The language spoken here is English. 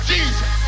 Jesus